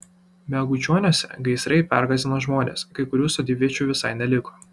megučioniuose gaisrai pergąsdino žmones kai kurių sodybviečių visai neliko